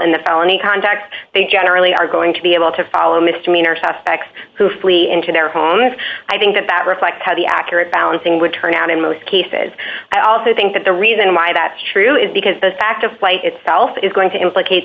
in the felony context they generally are going to be able to follow mr minor suspects who flee into their homes i think that that reflects how the accurate balancing would turn out in most cases i also think that the reason why that's true is because the fact of the flight itself is going to implicate